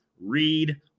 read